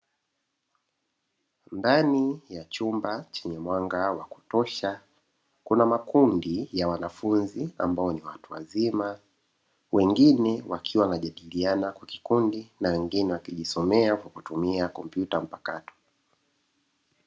Ndani ya chumba chenye mwanga wa kutosha kuna makundi ya wanafunzi ambao ni watu wazima, wengine wakiwa wanajadiliana kwa kikundi na wengine wakijisomea kwa kutumia kompyuta mpakato.